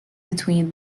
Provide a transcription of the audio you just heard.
between